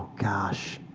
gosh,